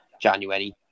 January